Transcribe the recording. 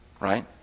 Right